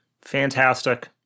Fantastic